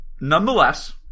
Nonetheless